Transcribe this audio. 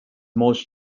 most